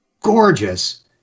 gorgeous